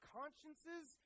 consciences